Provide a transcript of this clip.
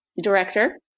director